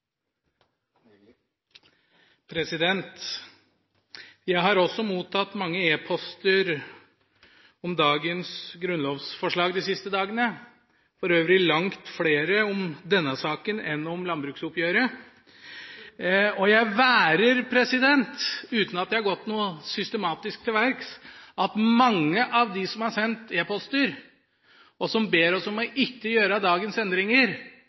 Jeg har også mottatt mange e-poster om dagens grunnlovsforslag de siste dagene – for øvrig langt flere om denne saken enn om landbruksoppgjøret – og jeg værer, uten at jeg har gått systematisk til verks, at mange av dem som har sendt e-poster, og som ber oss om ikke å gjøre dagens endringer,